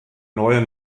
neue